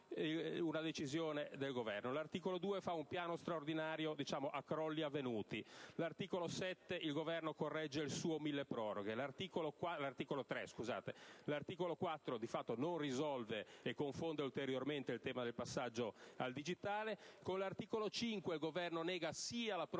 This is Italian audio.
l'articolo 2 fa un piano straordinario a "crolli avvenuti"; con l'articolo 3 corregge il suo milleproroghe; con l'articolo 4 di fatto non risolve e confonde ulteriormente il tema del passaggio al digitale; con l'articolo 5 il Governo nega sia la posizione